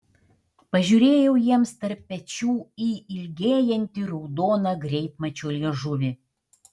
pažiūrėjau jiems tarp pečių į ilgėjantį raudoną greitmačio liežuvį